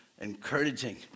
encouraging